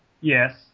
Yes